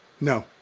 No